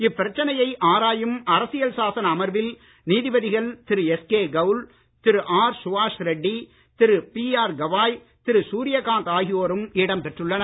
இப்பிரச்சனையை ஆராயும் அரசியல் சாசன அமர்வில் நீதிபதிகள் திரு எஸ்கே கவுல் திரு ஆர் சுவாஷ் ரெட்டி திரு பிஆர் கவாய் திரு சூரியகாந்த் ஆகியோரும் இடம் பெற்றுள்ளனர்